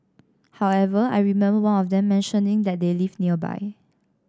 however I remember one of them mentioning that they live nearby